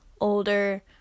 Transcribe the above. older